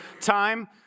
time